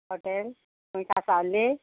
hotel खंय कासांवलें